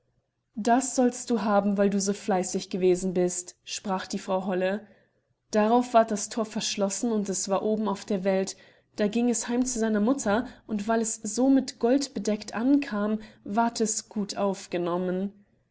das sollst du haben weil du so fleißig gewesen bist sprach die frau holle darauf ward das thor verschlossen und es war oben auf der welt da ging es heim zu seiner mutter und weil es so mit gold bedeckt ankam ward es gut aufgenommen